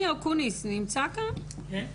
תודה.